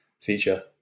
feature